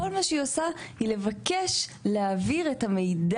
כל מה שהיא עושה היא לבקש להעביר את המידע,